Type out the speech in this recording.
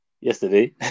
yesterday